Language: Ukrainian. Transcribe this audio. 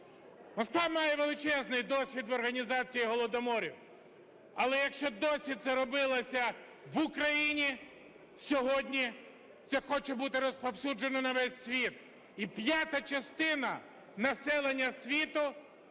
Москва має величезний досвід в організації голодоморів. Але, якщо досі це робилося в Україні, сьогодні це хоче бути розповсюджено на весь світ, і п'ята частина населення світу